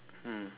mm